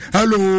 Hello